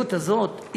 המציאות הזאת.